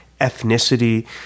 ethnicity